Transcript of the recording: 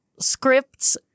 scripts